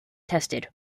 tested